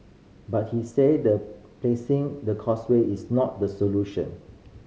but he said that placing the Causeway is not the solution